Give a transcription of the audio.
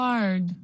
Hard